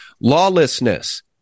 Lawlessness